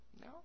No